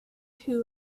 who